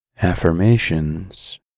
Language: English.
Affirmations